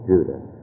Judah